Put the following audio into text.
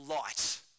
light